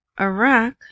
Iraq